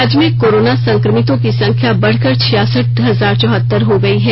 राज्य में कोरोना संक्रमितों की संख्या बढ़कर छियायसठ हजार चौहत्तर हो गयी है